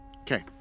Okay